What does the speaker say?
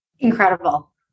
Incredible